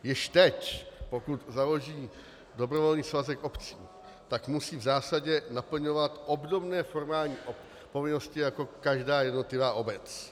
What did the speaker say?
Již teď, pokud se založí dobrovolný svazek obcí, tak musí v zásadě naplňovat obdobné formální povinnosti jako každá jednotlivá obec.